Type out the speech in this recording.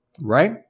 right